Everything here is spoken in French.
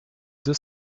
deux